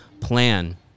plan